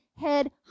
head